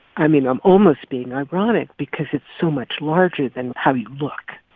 i mean, i'm almost being ironic because it's so much larger than how you look.